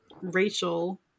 Rachel